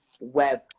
web